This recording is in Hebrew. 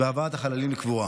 והבאת החללים לקבורה.